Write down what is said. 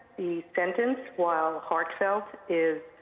the sentence, while heartfelt, is